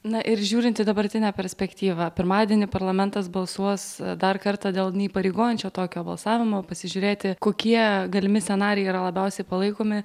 na ir žiūrint į dabartinę perspektyvą pirmadienį parlamentas balsuos dar kartą dėl neįpareigojančio tokio balsavimo pasižiūrėti kokie galimi scenarijai yra labiausiai palaikomi